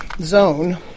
zone